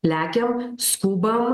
lekiam skubam